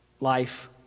Life